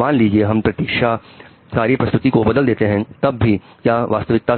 मान लीजिए हम प्रतीक्षा सारी प्रस्तुति को बदल देते हैं तब भी क्या वास्तविकता